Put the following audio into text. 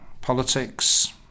politics